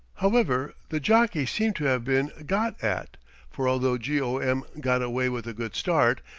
however, the jockeys seem to have been got at for although g. o. m. got away with a good start,